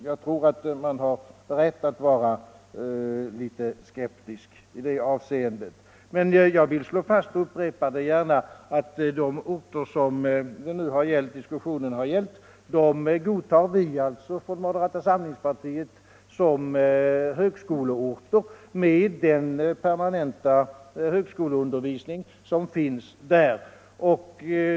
Jag tror att vi har rätt att vara litet skeptiska i det avseendet, men jag vill slå fast och upprepar det gärna att de orter som diskussionen nu har gällt godtar vi från moderata samlingspartiet som högskoleorter med den permanenta högskoleundervisning som finns där.